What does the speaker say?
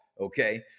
Okay